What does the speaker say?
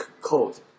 code